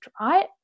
right